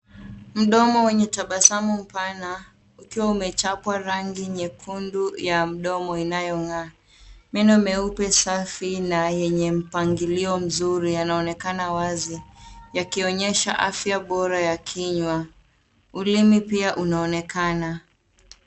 Mdomo wenye tabasamu pana ukiwa umechapwa rangi nyekundu ya mdomo inayong'aa. Meno meupe safi na yenye mpangilio mzuri yanaonekana wazi yakionyesha afya bora ya kinywa. Ulimi pia unaonekana.